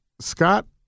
Scott